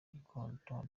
gitondo